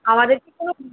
আমাদের কি কোনো